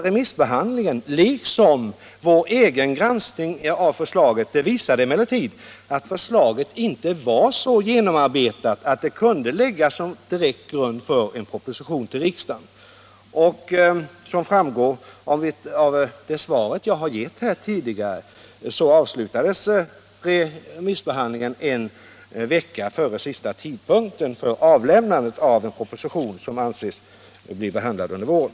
Remissbehandlingen liksom vår egen granskning visade emellertid att förslaget inte var så genomarbetat att det kunde läggas som direkt grund för en proposition till riksdagen. Som jag sagt i mitt svar avslutades remiss av propositioner som avses bli behandlade under våren.